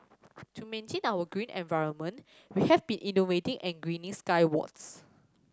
to maintain our green environment we have been innovating and greening skywards